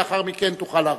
לאחר מכן תוכל להרחיב.